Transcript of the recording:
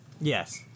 yes